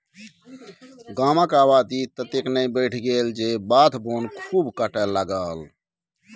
गामक आबादी ततेक ने बढ़ि गेल जे बाध बोन खूब कटय लागल